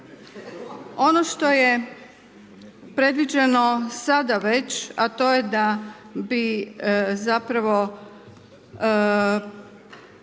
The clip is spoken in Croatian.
Ono što je predviđeno sada već to je da bi zapravo